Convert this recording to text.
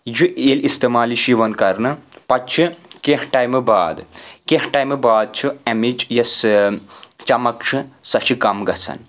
یہِ چھُ ییٚلہِ استعمال چھِ یِوان کرنہٕ پتہٕ چھِ کینٛہہ ٹایمہٕ باد کینٛہہ ٹایمہٕ باد چھُ امِچ یۄسہٕ چمک چھُ سۄ چھِ کم گژھان